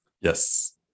Yes